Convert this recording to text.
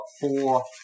four